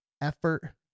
effort